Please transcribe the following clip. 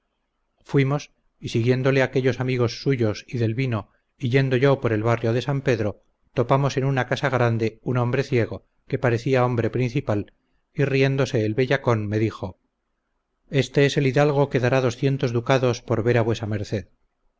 fuimos y siguiéndole aquellos amigos suyos y del vino y yendo por el barrio de san pedro topamos en una casa grande un hombre ciego que parecía hombre principal y riéndose el bellacón me dijo este es el hidalgo que dará doscientos ducados por ver a vuesa merced